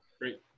Great